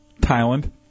Thailand